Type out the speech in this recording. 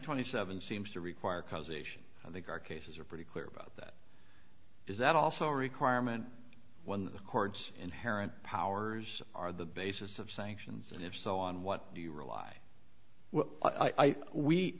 twenty seven seems to require causation i think our cases are pretty clear about that is that also requirement when the chords inherent powers are the basis of sanctions and if so on what do you rely